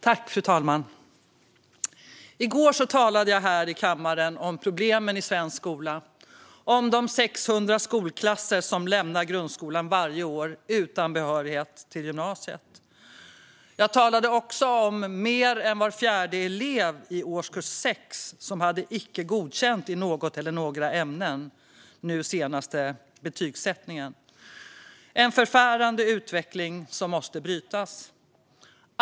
Fru talman! I går talade jag här i kammaren om problemen i svensk skola och om de 600 skolklasser som lämnar grundskolan varje år utan behörighet till gymnasiet. Jag talade också om att mer än var fjärde elev i årskurs 6 hade icke godkänt i något eller några ämnen vid den senaste betygsättningen. Detta är en förfärande utveckling som måste brytas.